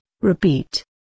repeat